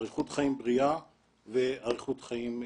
אריכות חיים בריאה ואריכות חיים רגילה.